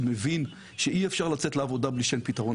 אני רק אומר את הדברים כמו שאני שומע אותם בפעם הראשונה.